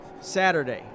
Saturday